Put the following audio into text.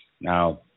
Now